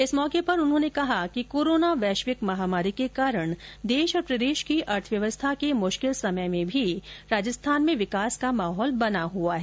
इस मौके पर उन्होंने कहा कि कोरोना वैश्विक महामारी के कारण देश और प्रदेश की अर्थव्यवस्था के मुश्किल समय में भी राजस्थान में विकास का माहौल बना हुआ है